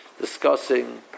discussing